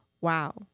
wow